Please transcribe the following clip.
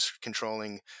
controlling